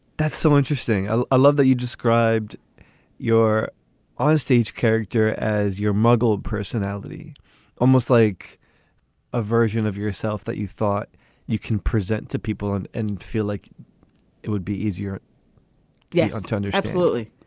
that's so interesting ah i love that you described your onstage character as your muggle personality almost like a version of yourself that you thought you can present to people and and feel like it would be easier yeah turner absolutely.